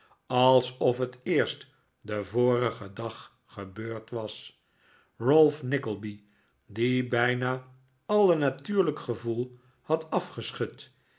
alsof het eerst den vorigen dag gebeurd was ralph nickleby die bijna alle natuurlijk gevoel had afgeschud